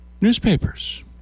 newspapers